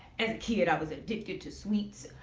and kid, i was addicted to sweets.